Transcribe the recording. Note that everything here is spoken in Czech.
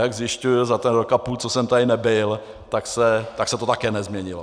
Jak zjišťuji, za ten rok a půl, co jsem tady nebyl, tak se to také nezměnilo.